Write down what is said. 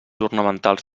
ornamentals